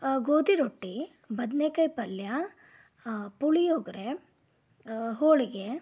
ಗೋಧಿ ರೊಟ್ಟಿ ಬದನೇಕಾಯಿ ಪಲ್ಯ ಪುಳಿಯೋಗರೆ ಹೋಳಿಗೆ